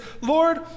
Lord